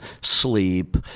sleep